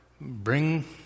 Bring